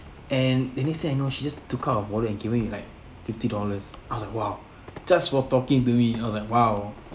and the next thing I know she just took out her wallet and give me like fifty dollars I was like !wow! just for talking to me I was like !wow!